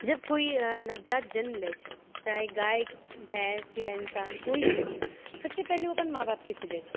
जब कोइ नवजात जन्म लै छै चाहे गाय भैंस या इन्सान कोइ भी हो सबसे पहले ओ अपन माँ बापके खोजै छै